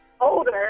older